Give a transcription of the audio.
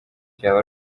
byaba